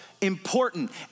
important